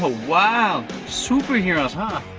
ah wow. superheros, huh?